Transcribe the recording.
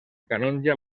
canongia